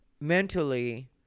mentally